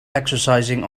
exercising